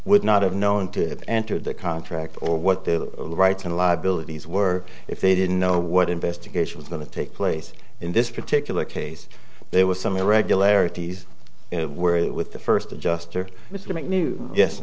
would not have known to have entered the contract or what are the rights and liabilities were if they didn't know what investigation was going to take place in this particular case there were some irregularities where it with the first adjuster was to make new yes